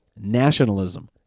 nationalism